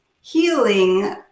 healing